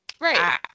Right